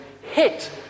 hit